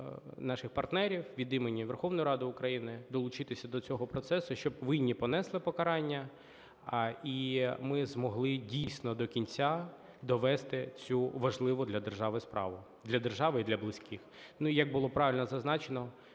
наших партнерів від імені Верховної Ради України долучитися до цього процесу, щоб винні понесли покарання, і ми змогли, дійсно, до кінця довести цю важливу для держави справу, для держави і для близьких. Ну, і як було правильно зазначено,